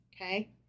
Okay